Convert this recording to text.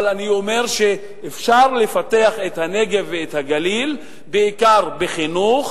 אבל אני אומר שאפשר לפתח את הנגב ואת הגליל בעיקר בחינוך,